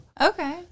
Okay